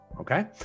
Okay